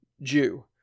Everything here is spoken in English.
Jew